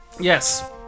Yes